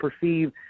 perceive